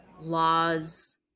laws